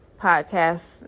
podcast